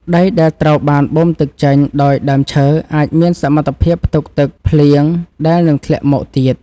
ដីដែលត្រូវបានបូមទឹកចេញដោយដើមឈើអាចមានសមត្ថភាពផ្ទុកទឹកភ្លៀងដែលនឹងធ្លាក់មកទៀត។